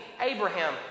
Abraham